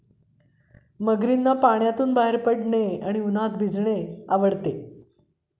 मगरींना पाण्यातून बाहेर पडणे आणि उन्हात भिजणे आवडते